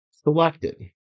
selected